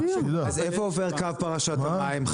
אז איפה עובר קו פרשת המים?